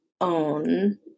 own